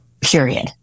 period